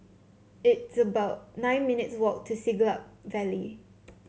it's about nine minutes' walk to Siglap Valley